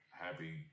happy